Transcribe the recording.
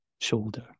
shoulder